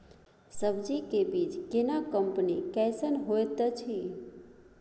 सब्जी के बीज केना कंपनी कैसन होयत अछि?